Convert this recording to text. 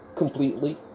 Completely